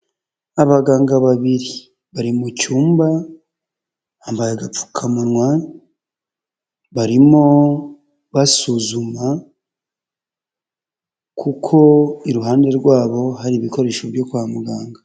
Abaganga babiri bari mu cyumba bambaye agapfukamunwa, barimo basuzuma kuko iruhande rwabo hari ibikoresho byo kwa muganga.